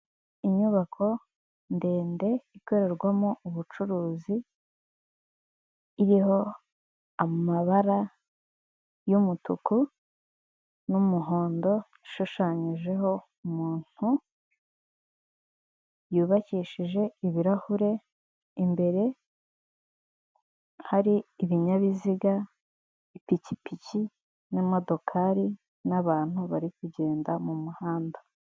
Inyubako ndende ikorerwamo ubucuruzi iriho amabara y'umutuku n'umuhondo ishushanyijeho umuntu, yubakishije ibirahure imbere hari ibinyabiziga, ipikipiki n'modokari n'abantu bari kugenda mumuhanda.